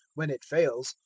when it fails,